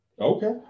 Okay